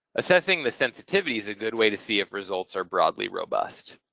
assessing the sensitivity is a good way to see if results are broadly robust.